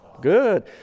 Good